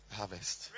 harvest